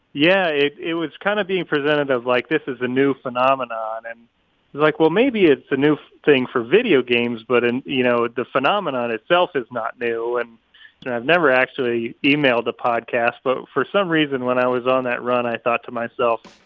yeah, it it was kind of being presented as, like, this is a new phenomenon. and it's like, well, maybe it's a new thing for video games, but, and you know, the phenomenon itself is not new. and i've never actually emailed a podcast, but for some reason, when i was on that run, i thought to myself,